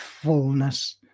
fullness